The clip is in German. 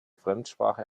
fremdsprache